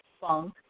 funk